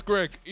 Greg